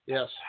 Yes